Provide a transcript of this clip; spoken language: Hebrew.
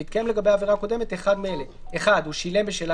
ועדכן לגבי העבירה הקודמת אחד מאלה: (1) הוא שילם בשלה